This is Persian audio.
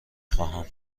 خواهم